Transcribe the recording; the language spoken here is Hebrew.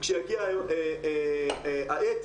וכשיגיע העת,